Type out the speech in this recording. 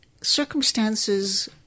circumstances